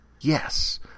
Yes